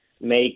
make